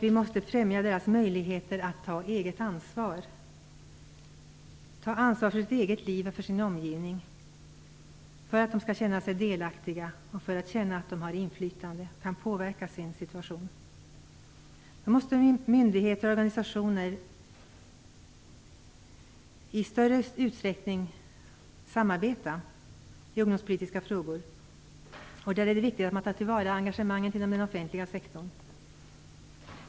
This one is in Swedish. Vi måste främja deras möjligheter att ta eget ansvar, ansvar för sitt eget liv och sin egen omgivning. För att de skall känna sig delaktiga och känna att de har inflytande och kan påverka sin situation måste myndigheter och organisationer i större utsträckning samarbeta i ungdomspolitiska frågor. Där är det viktigt att man tar till vara engagemanget i den offentliga sektorn.